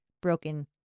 broken